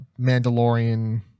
Mandalorian